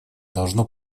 должно